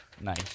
Nice